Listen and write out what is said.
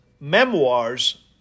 memoirs